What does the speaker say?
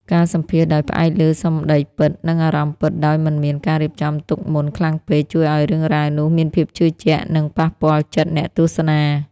ការសម្ភាសន៍ដោយផ្អែកលើសម្ដីពិត និងអារម្មណ៍ពិតដោយមិនមានការរៀបចំទុកមុនខ្លាំងពេក ជួយឱ្យរឿងរ៉ាវនោះមានភាពជឿជាក់ និងប៉ះពាល់ចិត្តអ្នកទស្សនា។